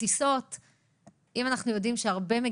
אנחנו מדווחים על הרבה בני נוער שחוזרים ממסיבות,